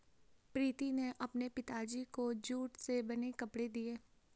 प्रीति ने अपने पिताजी को जूट से बने कपड़े दिए